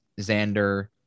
Xander